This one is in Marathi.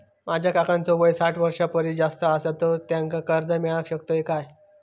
माझ्या काकांचो वय साठ वर्षां परिस जास्त आसा तर त्यांका कर्जा मेळाक शकतय काय?